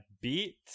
Beat